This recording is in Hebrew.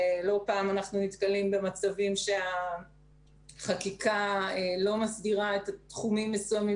לא פעם אנחנו נתקלים במצבים בהם החקיקה לא מסדירה תחומים מסוימים